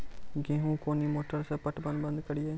गेहूँ कोनी मोटर से पटवन बंद करिए?